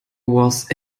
was